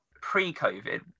Pre-COVID